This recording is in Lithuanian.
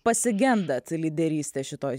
pasigendat lyderystės šitoj